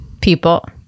people